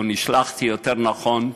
או נשלחתי, יותר נכון,